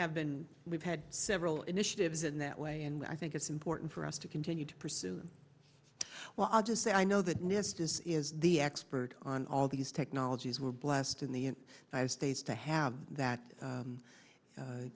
have been we've had several initiatives in that way and i think it's important for us to continue to pursue well i'll just say i know that next this is the expert on all these technologies were blessed in the united states to have that